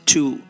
Two